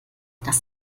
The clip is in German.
das